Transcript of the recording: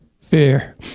fear